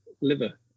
liver